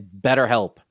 BetterHelp